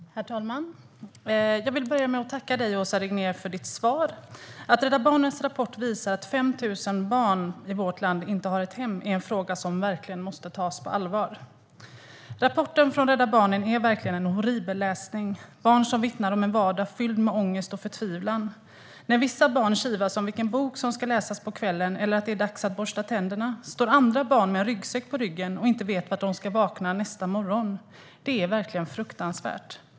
Herr talman! Jag vill börja med att tacka Åsa Regnér för svaret. Att Rädda Barnens rapport visar att 5 000 barn i vårt land inte har ett hem är en fråga som verkligen måste tas på allvar. Rapporten från Rädda Barnen är horribel läsning. Det handlar om barn som vittnar om en vardag fylld med ångest och förtvivlan. När vissa barn kivas om vilken bok som ska läsas på kvällen eller att det är dags att borsta tänderna står andra barn med en ryggsäck på ryggen och vet inte var de ska vakna nästa morgon. Det är verkligen fruktansvärt.